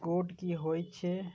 Code की होय छै?